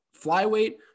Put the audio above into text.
flyweight